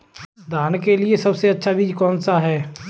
धान के लिए सबसे अच्छा बीज कौन सा है?